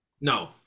No